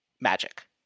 Magic